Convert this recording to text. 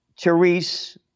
Therese